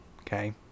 Okay